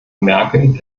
merkel